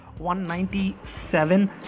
197